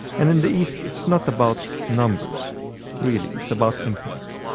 and in the east it's not about numbers really it's about impact.